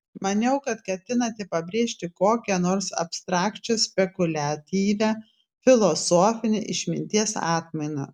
maniau kad ketinate pabrėžti kokią nors abstrakčią spekuliatyvią filosofinę išminties atmainą